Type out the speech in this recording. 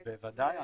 בוודאי.